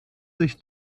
sich